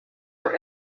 are